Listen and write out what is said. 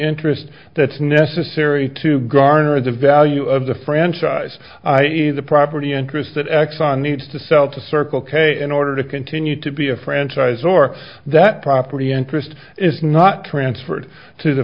interest that's necessary to garner the value of the franchise the property interest that exxon needs to sell to circle k in order to continue to be a franchise or that property interest is not transferred to the